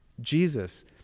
Jesus